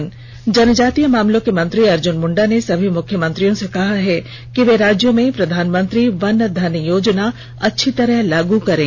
न् जनजातीय मामलों के मंत्री अर्जुन मुण्डा ने सभी मुख्यमंत्रियों से कहा है कि वे राज्यों में प्रधानमंत्री वन धन योजना अच्छी तरह लागू करें